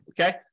okay